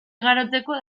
igarotzeko